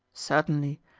certainly.